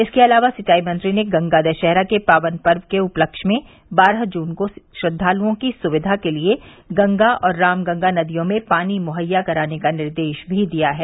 इसके अलावा सिंचाई मंत्री ने गंगा दशहरा के पावन पर्व के उपलक्ष्य में बारह जुन को श्रद्वालुओं की सुविधा के लिये गंगा और राम गंगा नदियों में पानी मुहैया कराने का निर्देश भी दिया है